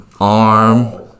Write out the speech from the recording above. Arm